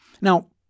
Now